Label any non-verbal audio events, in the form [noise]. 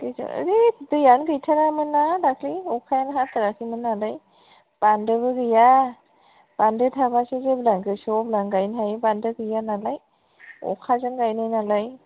[unintelligible] ओरै दैयानो गैथारामोन ना दाखालि अखायानो हाथाराखैमोन नालाय बानदोबो गैया बानदो थाबासो जेब्लानो गोलो अब्लानो गायनो हायो बान्दो गैया नालाय अखाजों गायनाय नालाय